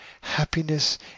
Happiness